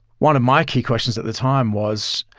one of my key questions at the time was,